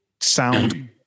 sound